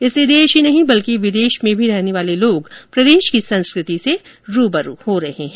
इससे देश ही नहीं बल्कि विदेश में भी रहने वाले लोग प्रदेश की संस्कृति से रूबरू हो रहे है